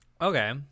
Okay